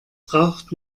braucht